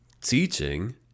Teaching